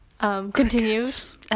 Continues